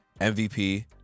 MVP